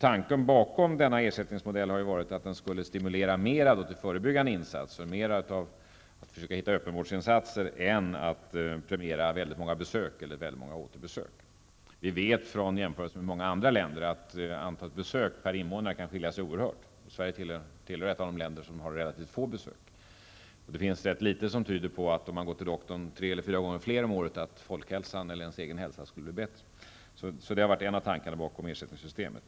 Tanken bakom denna ersättningsmodell har varit att den snarare skulle stimulera till förebyggande insatser och till att försöka åstadkomma öppenvårdsinsatser än premiera många besök eller många återbesök. Från jämförelse med många andra länder vet vi att antalet besök per invånare kan skilja sig oerhört mellan länderna. Sverige är ett av de länder som har relativt få besök. Det finns rätt litet som tyder på att folkhälsan eller ens egen hälsad skulle bli bättre om man går till doktorn tre eller fyra gånger mer om året. -- Det har varit en av tankarna bakom ersättningssystemet.